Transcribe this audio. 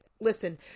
Listen